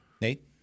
Nate